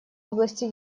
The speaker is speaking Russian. области